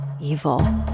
evil